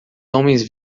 homens